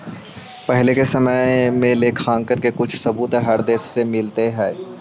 पहिले के समय में लेखांकन के कुछ सबूत हर देश में मिलले हई